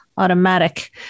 automatic